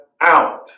out